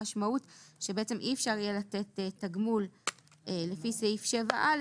המשמעות היא בעצם אי אפשר יהיה תגמול לפי סעיף 7א6